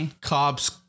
cops